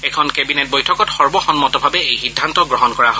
এখন কেবিনেট বৈঠকত সৰ্বসন্মতভাৱে এই সিদ্ধান্ত গ্ৰহণ কৰা হয়